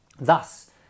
Thus